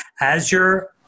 Azure